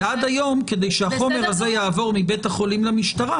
ועד היום כדי שהחומר הזה יעבור מבית החולים למשטרה,